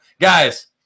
guys